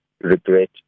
regret